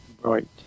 Right